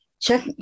Check